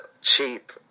cheap